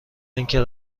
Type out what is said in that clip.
اینکه